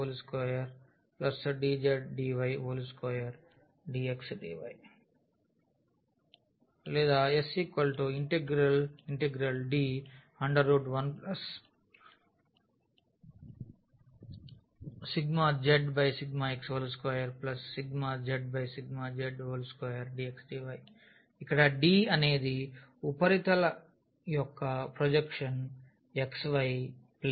S ∬D1∂z∂x2∂z∂y2dx dy ఇక్కడ D అనేది ఉపరితలం యొక్క ప్రొజెక్షన్ xy plane